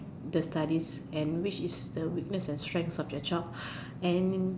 the studies and which is the weakness and strengths of your child and